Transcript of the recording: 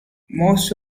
most